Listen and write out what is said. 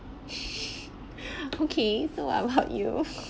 okay so I will help you